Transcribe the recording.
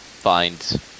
Find